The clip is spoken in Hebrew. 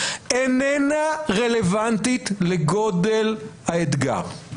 איננה רלוונטית לגודל האתגר.